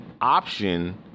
option